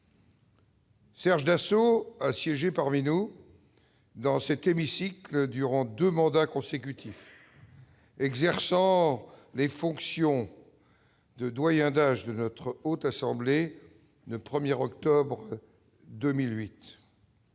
Serge Dassault a siégé parmi nous, dans cet hémicycle, durant deux mandats consécutifs, exerçant les fonctions de doyen d'âge de notre Haute Assemblée le 1 octobre 2008.